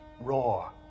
roar